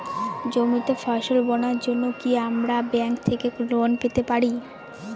জমিতে ফসল বোনার জন্য কি আমরা ব্যঙ্ক থেকে লোন পেতে পারি?